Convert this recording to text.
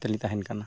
ᱛᱟᱹᱞᱤᱧ ᱛᱟᱦᱮᱱ ᱠᱟᱱᱟ